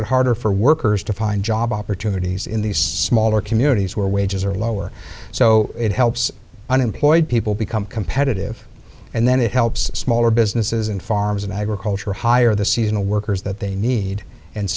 it harder for workers to find job opportunities in these smaller communities where wages are lower so it helps unemployed people become competitive and then it helps smaller businesses and farms and agriculture hire the seasonal workers that they need and